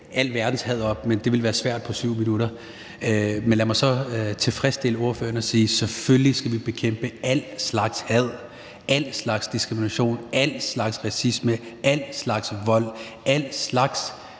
al verdens had op, men det ville være svært på 7 minutter. Men lad mig så tilfredsstille ordføreren og sige: Selvfølgelig skal vi bekæmpe al slags had, al slags diskrimination, al slags racisme, al slags vold, al slags